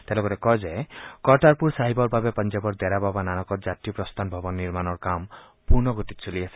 তেওঁ লগতে কয় যে কৰ্টাৰপূৰ চাহিবৰ বাবে পঞ্জাৱৰ দেৰা বাবা নানকত যাত্ৰী প্ৰস্থান ভৱন নিৰ্মণৰ কাম পূৰ্ণগতিত চলি আছে